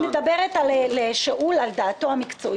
אני מדברת לשאול, על דעתו המקצועית.